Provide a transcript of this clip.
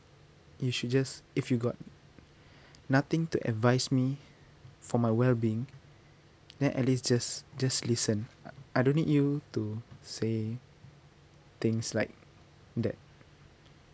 you should just if you got nothing to advise me for my wellbeing then at least just just listen I don't need you to say things like that